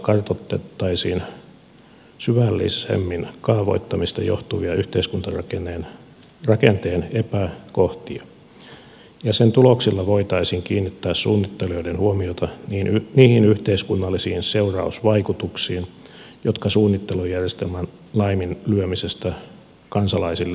tutkimuksella kartoitettaisiin syvällisemmin kaavoittamisesta johtuvia yhteiskuntarakenteen epäkohtia ja sen tuloksilla voitaisiin kiinnittää suunnittelijoiden huomiota niihin yhteiskunnallisiin seurausvaikutuksiin jotka suunnittelujärjestelmän laiminlyömisestä kansalaisille aiheutuvat